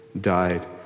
died